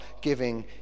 giving